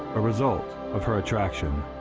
a result of her attraction.